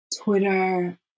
Twitter